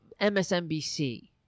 MSNBC